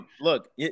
Look